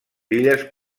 illes